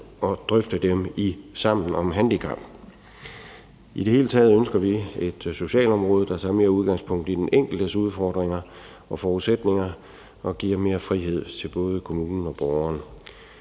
og drøfte dem i Sammen om handicap. I det hele taget ønsker vi et socialområde, der tager mere udgangspunkt i den enkeltes udfordringer og forudsætninger og giver mere frihed til både kommunen og borgeren.